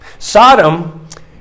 Sodom